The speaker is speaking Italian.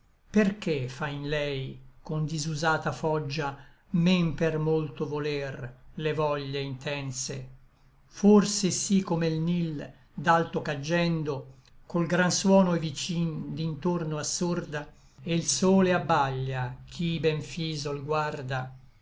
perché fai in lei con disusata foggia men per molto voler le voglie intense forse sí come l nil d'alto caggendo col gran suono i vicin d'intorno assorda e l sole abbaglia chi ben fiso l guarda